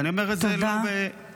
אני אומר את זה לא בהטפה.